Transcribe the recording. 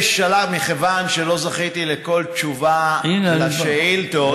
מכיוון שלא זכיתי לכל תשובה על השאילתות,